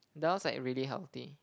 dahl's like really healthy